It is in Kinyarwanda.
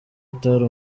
atari